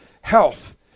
health